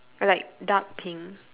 like dark pink